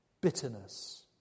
bitterness